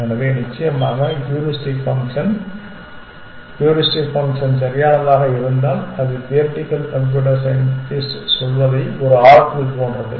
எனவே நிச்சயமாக heuristic function heuristic function சரியானதாக இருந்தால் அது தியரிட்டிகல் கம்ப்யூட்டர் சயின்டிஸ்ட் சொல்வதை ஒரு ஆரக்கிள் போன்றது